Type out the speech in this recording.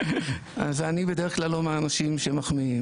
אז אני בדרך כלל לא מהאנשים שמחמיאים,